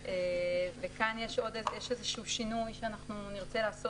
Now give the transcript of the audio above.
וכאן יש שינוי שאנחנו נרצה לעשות,